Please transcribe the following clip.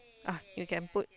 uh you can put